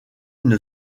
une